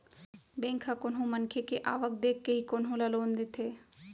bank ह कोनो मनखे के आवक देखके ही कोनो ल लोन देथे